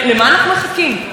שמעביר רק היום,